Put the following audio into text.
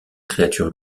créature